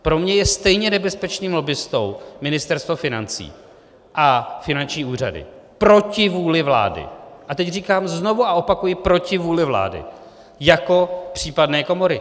Pro mě je stejně nebezpečným lobbistou Ministerstvo financí a finanční úřady proti vůli vlády a teď říkám znovu a opakuji proti vůli vlády jako případné komory.